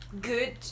good